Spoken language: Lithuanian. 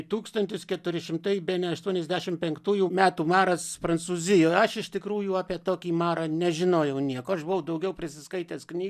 tūkstantis keturi šimtai bene aštuoniasdešimt penktųjų metų maras prancūzijoje aš iš tikrųjų apie tokį marą nežinojau nieko aš buvau daugiau prisiskaitęs kny